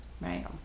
Right